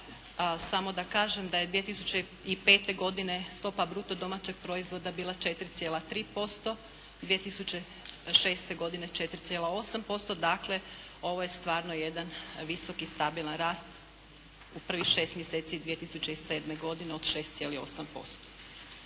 samo da kažem da je 2005. godine stopa bruto domaćeg proizvoda bila 4,3%, 2006. 4,8%, dakle ovo je stvarno jedan visok i stabilan rast u prvih šest mjeseci 2007. godine od 6,8%.